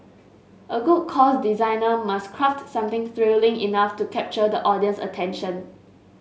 a good course designer must craft something thrilling enough to capture the audience's attention